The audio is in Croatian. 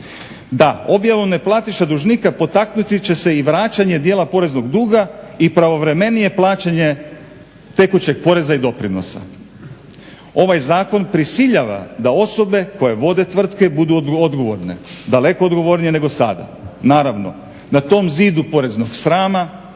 Da, objavu neplatiša dužnika potaknuti će se i vraćanje dijela poreznog duga i pravovremenije plaćanje tekućeg poraza i doprinosa. Ovaj zakon prisiljava da osobe koje vode tvrtke budu odgovorne daleko odgovornije nego sada. Naravno na tom zidu poreznog srama